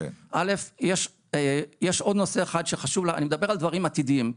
אני מדבר על דברים עתידיים,